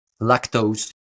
lactose